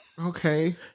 Okay